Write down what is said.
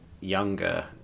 younger